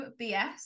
BS